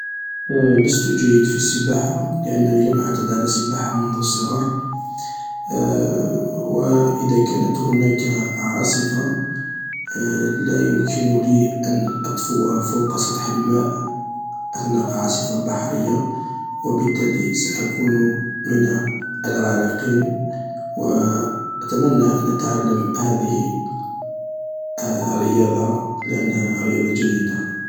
لست جيد في السباحة لأنني لم أعتد على السباحة منذ الصغر و اذا كانت هناك عاصفة لا يمكنني ان اطفو فوق سطح الماء اثناء عاصفة بحرية و بالتالي ساكون من الغارقين و أتمنى أن اتعلم هذه الرياضة لأنها رياضة جيدة.